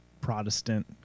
Protestant